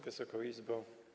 Wysoka Izbo!